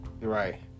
Right